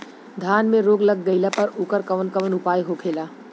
धान में रोग लग गईला पर उकर कवन कवन उपाय होखेला?